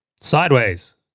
Sideways